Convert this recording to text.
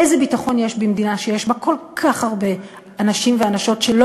איזה ביטחון יש במדינה שיש בה כל כך הרבה אנשים ואנשות שלא